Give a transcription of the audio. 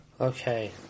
Okay